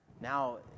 Now